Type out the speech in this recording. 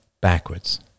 backwards